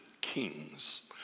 kings